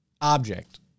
object